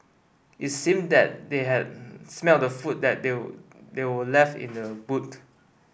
it seemed that they had smelt the food that were were left in the boot